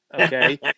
Okay